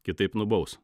kitaip nubaus